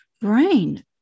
brain